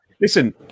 Listen